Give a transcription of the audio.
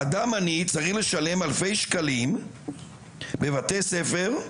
אדם עני צריך לשלם אלפי שקלים בבתי ספר,